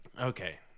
Okay